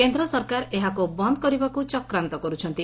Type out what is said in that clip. କେନ୍ଦ୍ର ସରକାର ଏହାକୁ ବନ୍ଦ କରିବାକୁ ଚକ୍ରାନ୍ଡ କରୁଛନ୍ତି